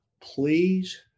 please